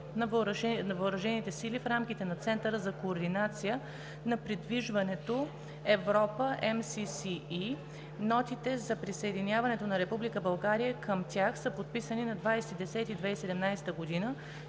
на въоръжените сили в рамките на Центъра за координация на придвижването „Европа“ (МССЕ). Нотите за присъединяването на Република България към тях са подписани на 20 октомври